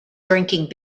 drinking